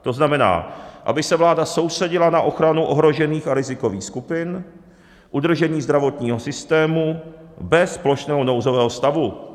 To znamená, aby se vláda soustředila na ochranu ohrožených a rizikových skupin, udržení zdravotního systému bez plošného nouzového stavu.